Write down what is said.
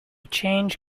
change